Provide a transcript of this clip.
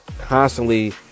constantly